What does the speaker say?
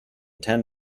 ten